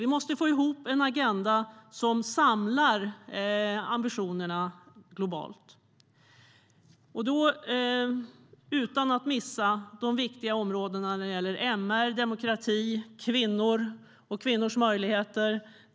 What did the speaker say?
Vi måste få ihop en agenda som samlar ambitionerna globalt utan att missa de viktiga områdena när det gäller MR, demokrati, kvinnor och kvinnors möjligheter.